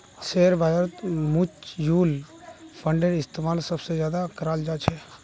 share बाजारत मुच्युल फंडेर इस्तेमाल सबसे ज्यादा कराल जा छे